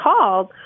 called